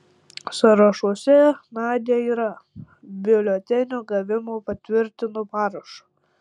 sąrašuose nadia yra biuletenio gavimą patvirtino parašu